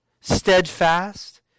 steadfast